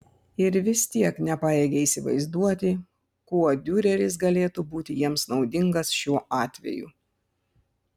ir vis tiek nepajėgė įsivaizduoti kuo diureris galėtų būti jiems naudingas šiuo atveju